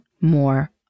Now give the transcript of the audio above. more